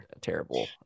terrible